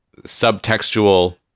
subtextual